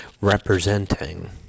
representing